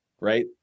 right